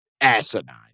Asinine